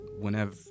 whenever